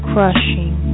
Crushing